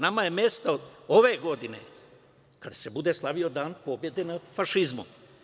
Nama je mesto ove godine kada se bude slavio Dan pobede nad fašizmom.